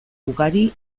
ugari